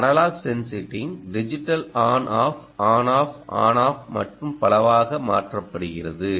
இந்த analogue sensing digital on off on off on off மற்றும் பலவாக மாற்றப்படுகிறது